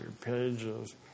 pages